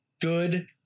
good